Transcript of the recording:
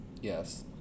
Yes